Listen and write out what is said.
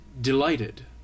delighted